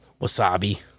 Wasabi